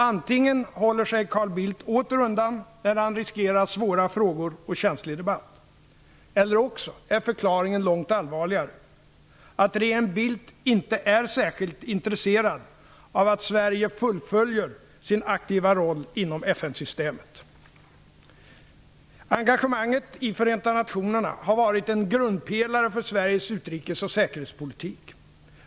Antingen håller sig Carl Bildt åter undan när han riskerar svåra frågor och känslig debatt eller så är förklaringen långt allvarligare: att regeringen Bildt inte är särskilt intresserad av att Sverige fullföljer sin aktiva roll inom FN-systemet. Engagemanget i Förenta nationerna har varit en grundpelare för Sveriges utrikes och säkerhetspolitik.